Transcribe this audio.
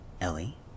Ellie